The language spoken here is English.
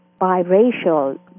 biracial